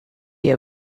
you